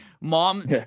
Mom